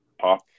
pop